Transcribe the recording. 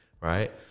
Right